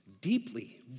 deeply